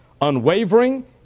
unwavering